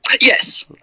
Yes